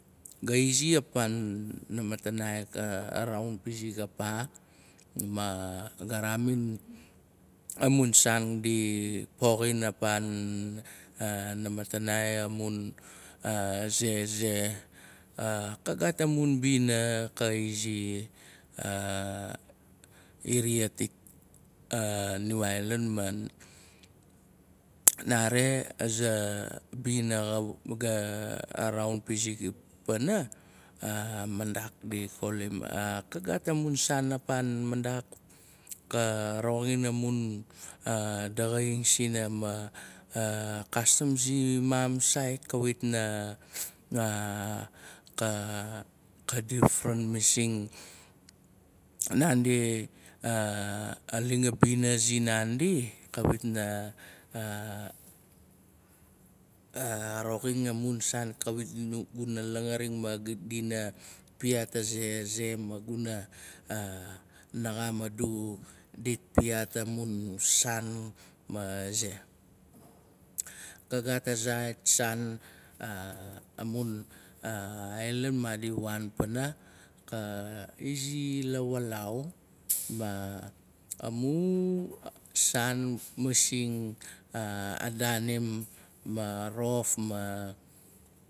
Ga zi apan namatanai. ga raun pizik apaa. Ma ga raamin amun saan. di poxin apan namatanai. amun ze. ze. Ka gaat amun bina. kaizi iriat niu ailan. man nare aza bina ga raaunpizik pana mandak. Ka roxin amun daxaing sina. ma kastam simam sait kavit na di farent masing naandi aling abina sin naandi. kawit na roxin amun saan guna langaring. ma dina piat azeaze. maguna na xaam adu dit piat amun saan ma ze. Ka gat a zait saan amun ailan maadi waan pana. ka izi lawalaau ma mun saan masing a daanim. ma rof ma